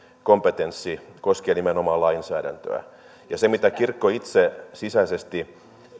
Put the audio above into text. kompetenssi koskee nimenomaan lainsäädäntöä se mitä kirkko itse sisäisesti